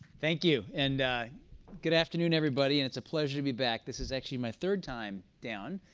thank you, and good afternoon, everybody. and it's a pleasure to be back. this is actually my third time down,